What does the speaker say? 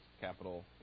capital